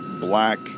black